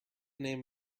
name